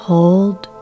Hold